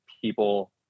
people